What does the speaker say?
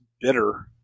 bitter